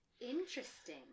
interesting